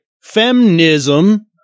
Feminism